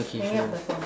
okay sure